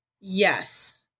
Yes